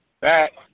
back